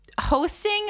hosting